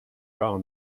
gar